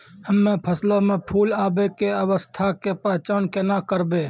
हम्मे फसलो मे फूल आबै के अवस्था के पहचान केना करबै?